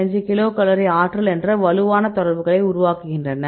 5 kilocalorie ஆற்றல் என்ற வலுவான தொடர்புகளை உருவாக்குகின்றன